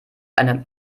einem